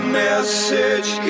message